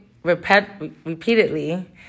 repeatedly